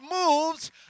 moves